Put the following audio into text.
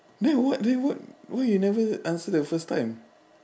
then what then what why you never answer the first time